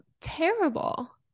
terrible